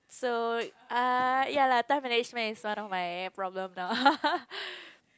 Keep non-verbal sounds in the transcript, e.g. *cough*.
so uh ya lah time management is one of my problem lah *laughs*